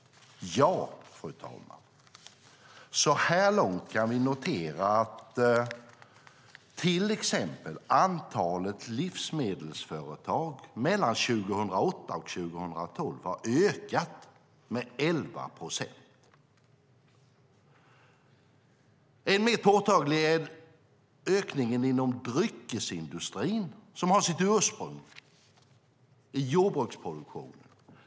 Ja, fru talman. Så här långt kan vi notera att till exempel antalet livsmedelsföretag mellan 2008 och 2012 har ökat med 11 procent. Än mer påtaglig är ökningen inom dryckesindustrin, som har sitt ursprung i jordbruksproduktion.